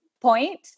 point